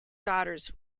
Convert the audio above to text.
daughters